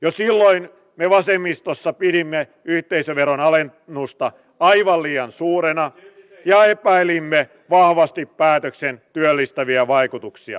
jo silloin me vasemmistossa pidimme yhteisöveron alennusta aivan liian suurena ja epäilimme vahvasti päätöksen työllistäviä vaikutuksia